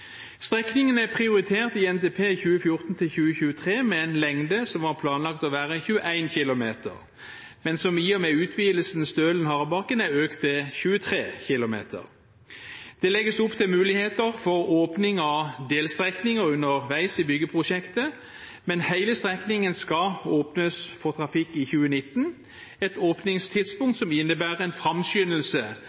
Strekningen er prioritert i NTP 2014–2023, med en lengde som var planlagt å være 21 kilometer, men som i og med utvidelsen Stølen–Harebakken er økt til 23 kilometer. Det legges opp til muligheter for åpning av delstrekninger underveis i byggeprosjektet, men hele strekningen skal åpnes for trafikk i 2019 – et åpningstidspunkt som innebærer en framskyndelse